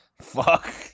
Fuck